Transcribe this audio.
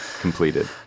completed